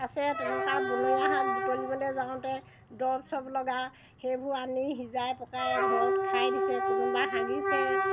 আছে তেনেকুৱা বনৰীয়া শাক বুটলিবলৈ যাওঁতে দৰৱ চৰৱ লগা সেইবোৰ আনি সিজাই পকাই ঘৰত খাই দিছে কোনোবা হাগিছে